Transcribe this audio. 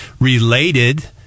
Related